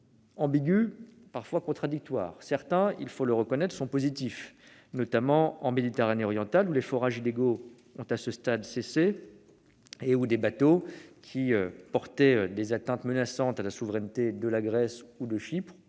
ambigus et parfois contradictoires. Certains, il faut le reconnaître, sont positifs. Ainsi, en Méditerranée orientale, les forages illégaux ont, à ce stade, cessé et des bateaux qui menaçaient de porter atteinte à la souveraineté de la Grèce ou de Chypre